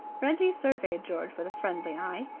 reggie surveyed george with a friendly eye.